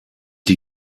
die